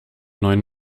neuen